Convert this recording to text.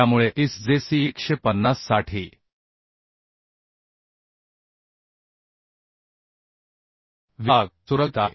त्यामुळे ISJC 150 साठी विभाग सुरक्षित आहे